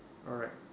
alright